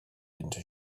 into